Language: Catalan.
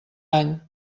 any